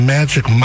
Magic